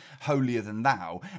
holier-than-thou